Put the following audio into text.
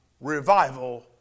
revival